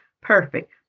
perfect